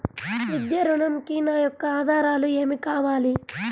విద్యా ఋణంకి నా యొక్క ఆధారాలు ఏమి కావాలి?